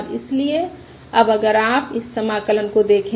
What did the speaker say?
और इसलिए अब अगर आप इस समाकलन को देखें